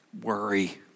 Worry